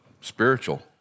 spiritual